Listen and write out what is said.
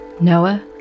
Noah